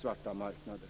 svarta marknader.